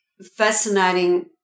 Fascinating